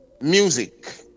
music